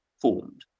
formed